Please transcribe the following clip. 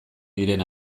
diren